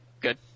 good